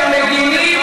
מגיע לי,